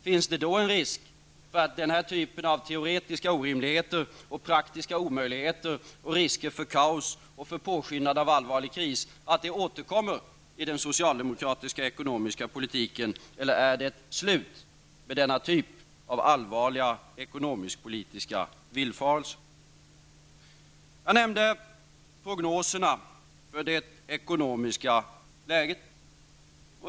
Finns det då en risk för att den typen av teoretiska orimligheter och praktiska omöjligheter och risker för kaos och påskyndande av allvarliga kriser återkommer i den socialdemokratiska ekonomiska politiken? Eller är det slut med denna typ av allvarliga ekonomiskpolitiska villfarelser? Jag nämnde prognoserna för det ekonomiska läget.